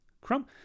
Crumb